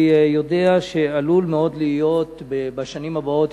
אני יודע שעלול מאוד להיות בשנים הבאות,